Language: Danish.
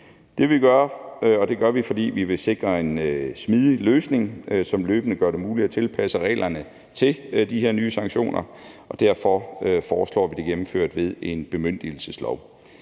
Det gør vi, fordi vi vil sikre en smidig løsning, som løbende gør det muligt at tilpasse reglerne til de her nye sanktioner, og derfor foreslår vi det gennemført ved en bemyndigelseslov.